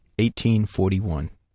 1841